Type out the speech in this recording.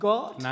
God